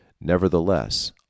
Nevertheless